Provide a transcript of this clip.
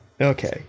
okay